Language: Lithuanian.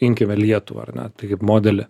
imkime lietuvą ar ne tai modelį